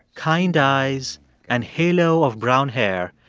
kind eyes and halo of brown hair,